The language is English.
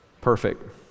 perfect